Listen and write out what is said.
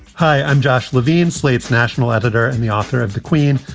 hi, i'm josh levine, slate's national editor and the author of the queen.